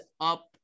up